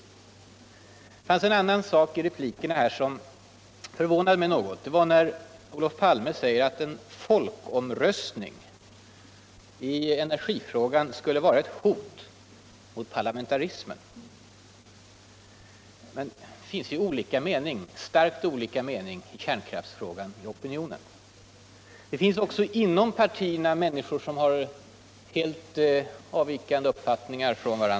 Det fanns en annan sak i replikerna som förvånade mig något. Olof Palme sade att en folkomröstning I energifrågan skulle vara ett hot mot paurlamentarismen. Det finns starkt olika meningar i kärnkraftstrågan inom opinionen. Det finns också inom partierna människor med från vurandra helt avvikande uppfattningar.